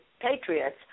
patriots